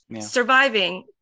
surviving